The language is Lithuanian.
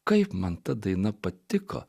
kaip man ta daina patiko